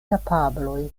kapabloj